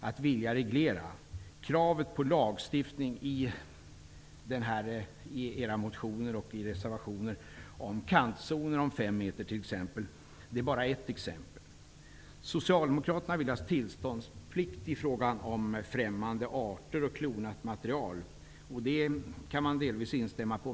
Socialdemokraternas reservationer och motioner innehåller krav på lagstiftning, exempelvis om kantzoner på fem meter. Socialdemokraterna vill ha tillståndsplikt i fråga om främmande arter och klonat material. Det kan man delvis instämma i.